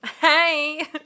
Hey